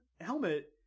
helmet